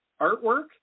artwork